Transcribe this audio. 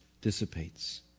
dissipates